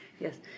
Yes